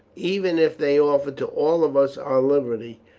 even if they offered to all of us our liberty,